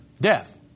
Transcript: death